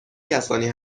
کسانی